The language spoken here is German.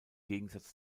gegensatz